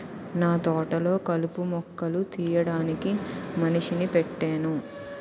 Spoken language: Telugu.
నాతోటలొ కలుపు మొక్కలు తీయడానికి మనిషిని పెట్టేను